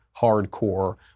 hardcore